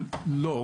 לא.